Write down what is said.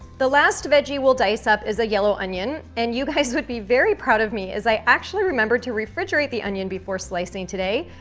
the last veggie we'll dice up is a yellow onion. and you guys would be very proud of me as i actually remembered to refrigerate the onion before slicing today.